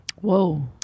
Whoa